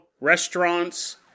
restaurants